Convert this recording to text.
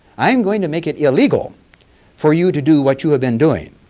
i'm going to make it illegal for you to do what you have been doing.